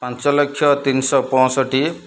ପାଞ୍ଚଲକ୍ଷ ତିନିଶହ ପଞ୍ଚଷଠି